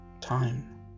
time